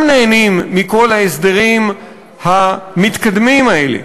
נהנים מכל ההסדרים המתקדמים האלה,